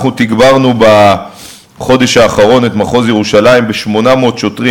תגברנו בחודש האחרון את מחוז ירושלים ב-800 שוטרים,